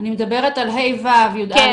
אבל יש פה נזקים בריאותיים לא מעטים,